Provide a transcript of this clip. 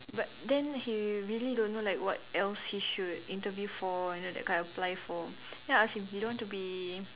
but then he really don't know like what else he should interview for you know that kind apply for then I ask him you don't want to be